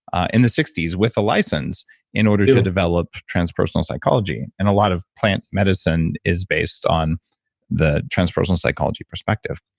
ah in the sixty s with a license in order to develop transpersonal psychology. and a lot of plant medicine is based on the transpersonal psychology perspective.